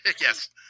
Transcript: Yes